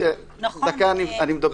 דקה אני מדבר.